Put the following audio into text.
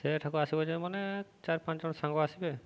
ସେଠାକୁ ଆସିବ ଯେ ମାନେ ଚାରି ପାଞ୍ଚଜଣ ସାଙ୍ଗ ଆସିବେ